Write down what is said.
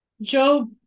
Job